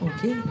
Okay